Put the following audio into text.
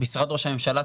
משרד ראש הממשלה,